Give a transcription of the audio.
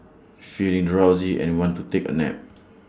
feeling drowsy and want to take A nap